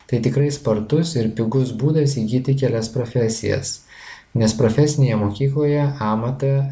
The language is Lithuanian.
tai tikrai spartus ir pigus būdas įgyti kelias profesijas nes profesinėje mokykloje amatą